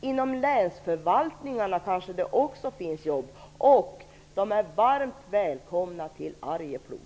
Inom länsförvaltningarna kanske det också finns jobb. De är varmt välkomna till Arjeplog.